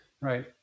Right